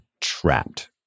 Trapped